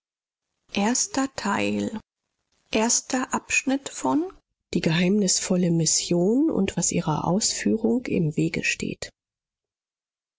die geheimnisvolle mission und was ihrer ausführung im wege steht